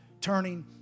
turning